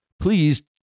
Please